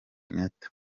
kenyatta